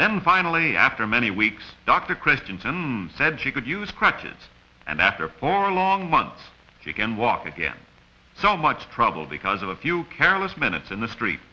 then finally after many weeks dr christianson said she could use crutches and after four long months she can walk again so much trouble because of a few careless minutes in the street